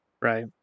Right